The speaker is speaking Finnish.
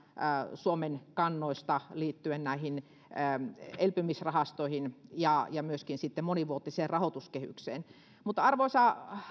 suomen kannoista liittyen elpymisrahastoihin ja ja myöskin monivuotiseen rahoituskehykseen arvoisa